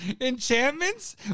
enchantments